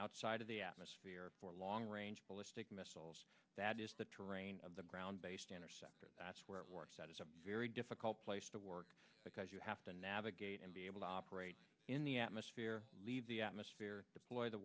outside of the atmosphere for long range ballistic missiles that is the terrain of the ground based interceptor that's where it works out is a very difficult place to work because you have to navigate and be able to operate in the atmosphere leave the atmosphere deploy the